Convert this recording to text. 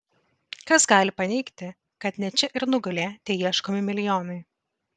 kas gali paneigti kad ne čia ir nugulė tie ieškomi milijonai